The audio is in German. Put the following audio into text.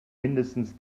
mindestens